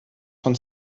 von